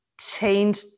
change